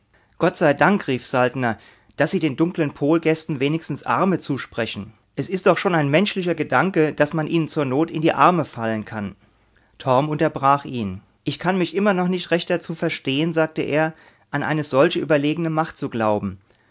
gott sei dank rief saltner daß sie den dunkeln polgästen wenigstens arme zusprechen es ist doch schon ein menschlicher gedanke daß man ihnen zur not in die arme fallen kann torm unterbrach ihn ich kann mich immer noch nicht recht dazu verstehen sagte er an eine solche überlegene macht zu glauben